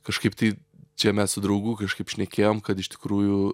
kažkaip tai čia mes su draugu kažkaip šnekėjom kad iš tikrųjų